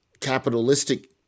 capitalistic